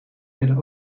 werden